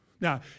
Now